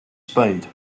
speed